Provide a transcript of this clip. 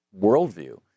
worldview